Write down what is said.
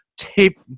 tape